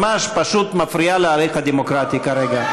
ממש פשוט מפריעה להליך הדמוקרטי כרגע.